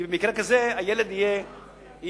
כי במקרה כזה הילד יהיה ממזר.